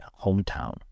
hometown